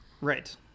Right